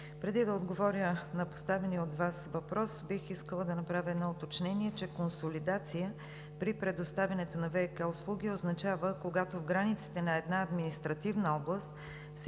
Преди да отговоря на поставения от Вас въпрос, бих искала да направя едно уточнение, че консолидация при предоставянето на ВиК услуги означава, когато в границите на една административна област